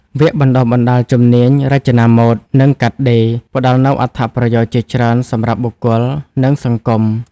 វគ្គបណ្តុះបណ្តាលជំនាញ រចនាម៉ូដ និងកាត់ដេរ ផ្តល់នូវអត្ថប្រយោជន៍ជាច្រើនសម្រាប់បុគ្គល និងសង្គម។